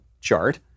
chart